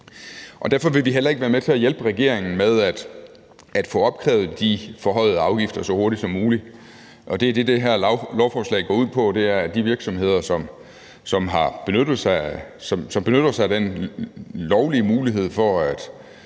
Derfor vil vi heller ikke være med til at hjælpe regeringen med at få opkrævet de forhøjede afgifter så hurtigt som muligt. Det, som det her lovforslag går ud på, er, at de virksomheder, som benytter sig af den lovlige mulighed for at